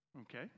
okay